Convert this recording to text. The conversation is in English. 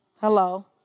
hello